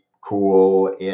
cool